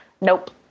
nope